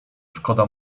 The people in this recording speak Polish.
szkoda